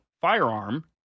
firearm